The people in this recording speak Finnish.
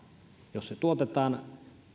jos se tuotetaan